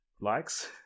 likes